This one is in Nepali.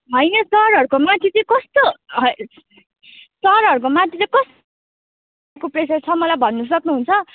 होइन सरहरूको माथि चाहिँ कस्तो है सरहरूको माथि चाहिँ कसको प्रेसर छ मलाई भन्न सक्नुहुन्छ